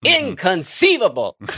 inconceivable